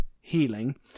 healing